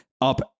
up